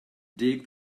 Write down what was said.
dig